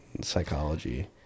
psychology